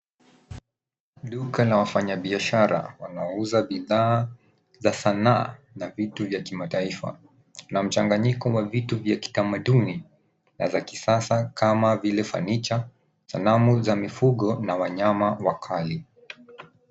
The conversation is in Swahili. Duka na wafanyabiashara wanauza bidhaa za sanaa na vitu vya kimataifa na mchanganyiko wa vitu vya kitamaduni na za kisasa kama vile fanicha ,sanamu za mpugo na wanyama wakali.